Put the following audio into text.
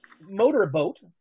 motorboat